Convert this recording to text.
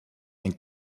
and